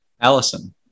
Allison